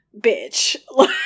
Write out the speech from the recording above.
Bitch